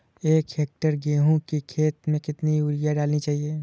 एक हेक्टेयर गेहूँ की खेत में कितनी यूरिया डालनी चाहिए?